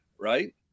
right